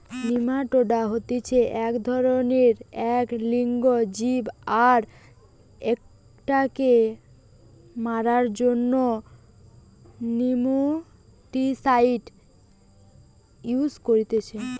nematoda হতিছে এক ধরণেরএক লিঙ্গ জীব আর এটাকে মারার জন্য নেমাটিসাইড ইউস করতিছে